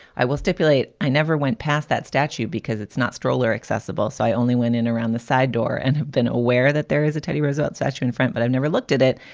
i will stipulate i never went past that statue because it's not stroller accessible. so i only went in around the side door and been aware that there is a teddy roosevelt statue in front, but i've never looked at it.